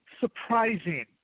surprising